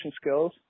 skills